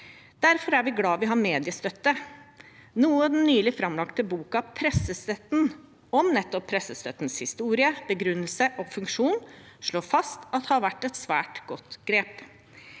Derfor er vi glad vi har mediestøtte, noe den nylig framlagte boken «Pressestøtten» – om nettopp pressestøttens historie, begrunnelse og funksjon – slår fast at har vært et svært godt grep.